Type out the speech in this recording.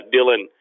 Dylan